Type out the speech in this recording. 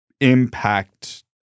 impact